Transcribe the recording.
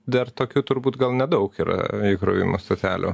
dar tokių turbūt gal nedaug yra įkrovimo stotelių